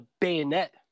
bayonet